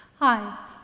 Hi